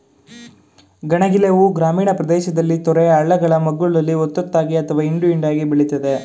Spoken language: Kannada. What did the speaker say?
ಗಣಗಿಲೆ ಹೂ ಗ್ರಾಮೀಣ ಪ್ರದೇಶದಲ್ಲಿ ತೊರೆ ಹಳ್ಳಗಳ ಮಗ್ಗುಲಲ್ಲಿ ಒತ್ತೊತ್ತಾಗಿ ಅಥವಾ ಹಿಂಡು ಹಿಂಡಾಗಿ ಬೆಳಿತದೆ